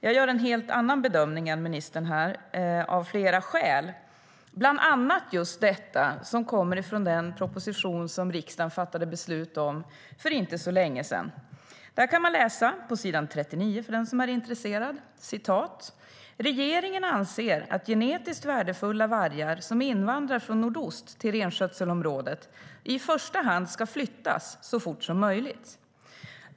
Jag gör en helt annan bedömning än ministern, av flera skäl, bland annat på grund av det som sägs i den proposition som riksdagen fattade beslut om för inte så länge sedan. Där man kan läsa på s. 39: "Regeringen anser att genetiskt värdefulla vargar som invandrar från nordost till renskötselområdet i första hand ska flyttas så fort som möjligt.